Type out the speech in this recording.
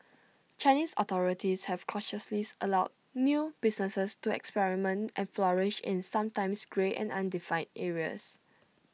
Chinese authorities have cautiously allowed new businesses to experiment and flourish in sometimes grey and undefined areas